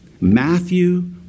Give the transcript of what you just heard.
Matthew